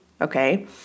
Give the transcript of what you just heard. Okay